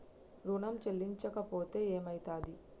ఋణం చెల్లించకపోతే ఏమయితది?